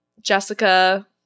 Jessica